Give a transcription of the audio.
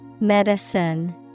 Medicine